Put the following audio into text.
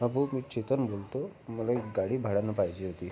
हां भाऊ मी चेतन बोलतो आहे मला एक गाडी भाड्यानं पाहिजे होती